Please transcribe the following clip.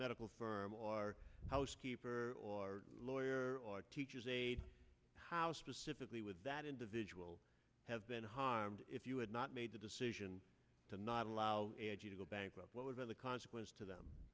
medical firm or housekeeper or lawyer or teacher's aide how specifically with that individual have been harmed if you had not made the decision to not allow you to go back what were the consequences to them